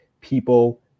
people